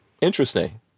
interesting